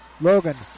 Logan